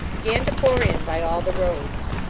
began to pour in by all the roads.